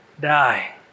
die